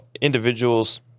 individuals